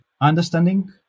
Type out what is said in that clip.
understanding